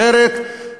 אחרת,